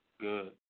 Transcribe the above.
Good